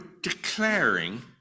declaring